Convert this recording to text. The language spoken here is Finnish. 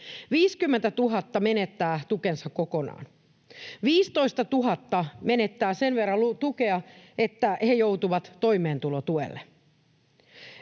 50 000 menettää tukensa kokonaan. 15 000 menettää sen verran tukea, että he joutuvat toimeentulotuelle.